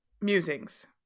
Musings